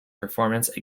performance